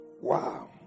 Wow